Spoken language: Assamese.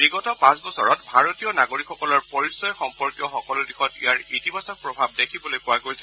বিগত পাঁচ বছৰত ভাৰতীয় নাগৰিকসকলৰ পৰিচয় সম্পৰ্কীয় সকলো দিশত ইয়াৰ ইতিবাচক প্ৰভাৱ দেখিবলৈ পোৱা গৈছে